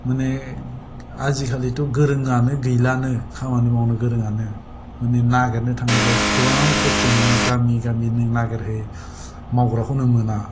माने आजिखालिथ' गोरोंआनो गैलानो खामानि मावनो गोरोंआनो माने नागेरनो थाङोब्ला गोबां खस्थ' नोङो गामि गामि नों नागेरहै मावग्राखौ नों मोना